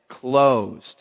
closed